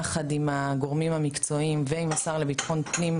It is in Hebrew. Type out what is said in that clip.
יחד עם הגורמים המקצועיים ועם השר לביטחון פנים,